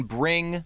bring